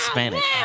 Spanish